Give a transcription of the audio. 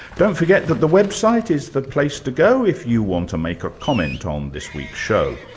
don't forget that the website is the place to go if you want to make a comment on this week's show.